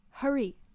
Hurry